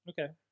Okay